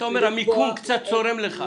אתה אומר שהמיקום קצת צורם לך.